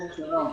כן, שלום.